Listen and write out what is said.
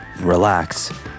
relax